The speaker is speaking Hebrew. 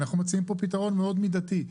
אנחנו מציעים פה פתרון מאוד מידתי.